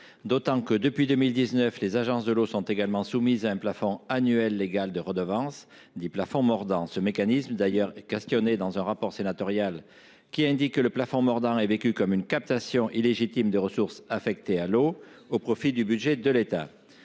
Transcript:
locales. Depuis 2019, les agences de l’eau sont déjà soumises à un plafond annuel légal de redevance, dit plafond mordant. Ce mécanisme est d’ailleurs questionné dans un rapport sénatorial qui indique qu’il est vécu comme une captation illégitime des ressources affectées à l’eau au profit du budget de l’État.